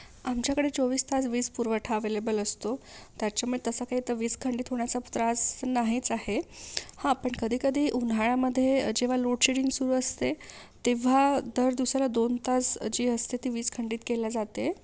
आमच्याकडे चोवीस तास वीजपुरवठा अव्हेलेबल असतो त्याच्यामुळे तसा काही तर वीज खंडीत होण्याचा त्रास नाहीच आहे हा पण कधीकधी उन्हाळ्यामध्ये जेव्हा लोडशेडिंग सुरू असते तेव्हा दर दुसरा दोन तास जी असते ती वीज खंडीत केली जाते